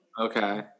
Okay